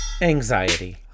anxiety